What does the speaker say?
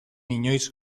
inoiz